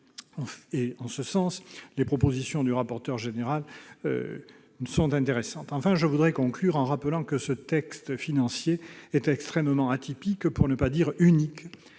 En ce sens, les propositions du rapporteur général sont intéressantes. Je voudrais conclure mon propos en rappelant que ce texte financier est extrêmement atypique, pour ne pas dire unique,